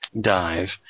dive